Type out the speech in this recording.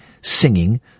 singing